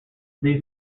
these